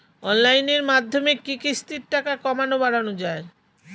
অনলাইনের মাধ্যমে কি কিস্তির টাকা কমানো বাড়ানো যায়?